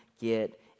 get